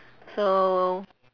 so